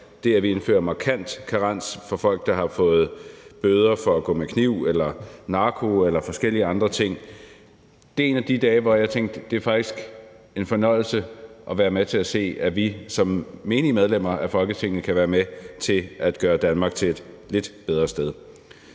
det, at vi indfører markant karens for folk, der har fået bøder for at gå med kniv eller narko eller forskellige andre ting. Det er en af de dage, hvor jeg tænkte: Det er faktisk en fornøjelse at være med til at se, at vi som menige medlemmer af Folketinget kan være med til at gøre Danmark til et bedre sted.